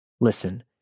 Listen